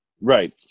Right